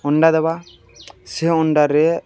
ଅଣ୍ଡା ଦେବା ସେ ଅଣ୍ଡାରେ